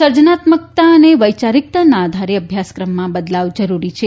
સર્જનાત્મકતા અમને વૈચારિકતાના આધારે અભ્યાસક્રમમાં બદલાવ જરૂરી છે